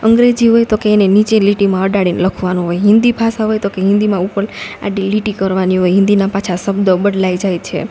અંગ્રેજી હોય તો કે એને નીચે લીટીમાં અડાડીને લખવાનું હોય હિન્દી ભાષા હોય તો કે હિન્દીમાં ઉપર આડી લીટી કરવાની હોય હિન્દીના પાછા શબ્દ બદલાઈ જાય છે